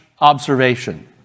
observation